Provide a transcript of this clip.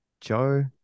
Joe